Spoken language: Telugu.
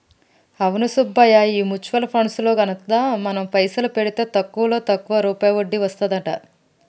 అవును సుబ్బయ్య ఈ మ్యూచువల్ ఫండ్స్ లో ఘనత మనం పైసలు పెడితే తక్కువలో తక్కువ రూపాయి వడ్డీ వస్తదంట